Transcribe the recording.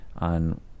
on